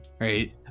right